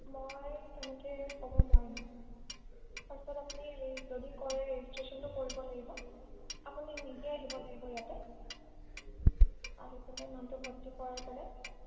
মই তেনেকে ক'ব নোৱাৰিম ফাৰ্ষ্টত আপুনি যদি কৰে ৰেজিষ্ট্ৰেশ্যনটো কৰিব লাগিব আপুনি নিজে আহিব লাগিব ইয়াতে আহি পেলাই নামটো ভৰ্তি কৰাই পেলায়